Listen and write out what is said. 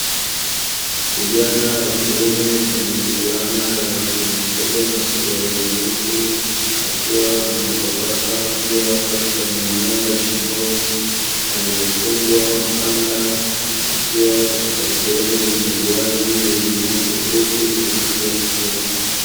Kijana wa kiume nwenye fulana ya rangi nyekundu na suruali nyeusi, akiwa anampapasa mbwa katika maeneo ya shingoni aliyefungwa mkanda, akiwa katika sehemu yenye uwazi yenye nyasi fupi za rangi ya kijani.